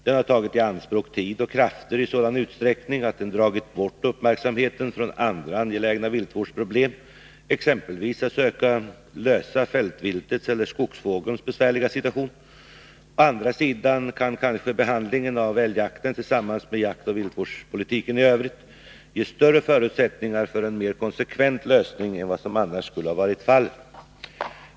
Den har tagit i anspråk tid och krafter i sådan utsträckning att den dragit bort uppmärksamheten från andra angelägna viltvårdsproblem, exempelvis fältviltets eller skogsfågelns besvärliga situation. Å andra sidan kan kanske behandlingen av älgjakten tillsammans med jaktoch viltvårdspolitiken i Övrigt ge större förutsättningar för en mer konsekvent lösning än vad som annars skulle ha varit fallet.